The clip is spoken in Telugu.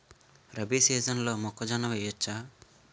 రబీ సీజన్లో మొక్కజొన్న వెయ్యచ్చా?